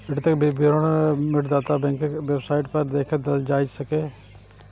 ऋणक विवरण ऋणदाता बैंकक वेबसाइट पर देखल जा सकैए